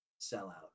sellout